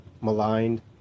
maligned